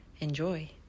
Enjoy